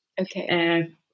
Okay